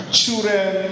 Children